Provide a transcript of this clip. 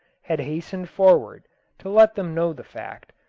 had hastened forward to let them know the fact,